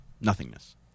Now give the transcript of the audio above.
nothingness